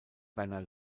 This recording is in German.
werner